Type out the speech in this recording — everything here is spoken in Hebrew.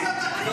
תוציא אותה כבר.